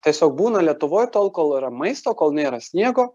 tiesiog būna lietuvoj tol kol yra maisto kol nėra sniego